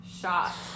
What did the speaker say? Shot